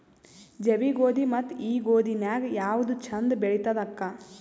ಜವಿ ಗೋಧಿ ಮತ್ತ ಈ ಗೋಧಿ ನ್ಯಾಗ ಯಾವ್ದು ಛಂದ ಬೆಳಿತದ ಅಕ್ಕಾ?